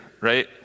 right